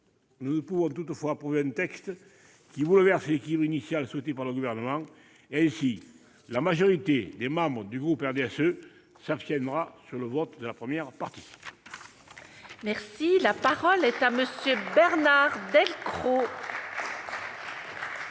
Nous ne pouvons toutefois approuver un texte qui bouleverse l'équilibre initial souhaité par le Gouvernement. Aussi, la majorité des membres du groupe du RDSE s'abstiendront sur le vote de la première partie. La parole est à M. Bernard Delcros,